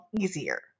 easier